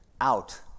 out